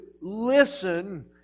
listen